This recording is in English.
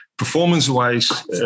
Performance-wise